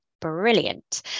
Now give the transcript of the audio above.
Brilliant